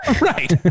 Right